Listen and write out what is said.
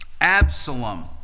Absalom